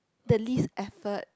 the least effort